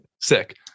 Sick